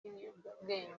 ry’ibiyobyabwenge